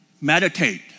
Meditate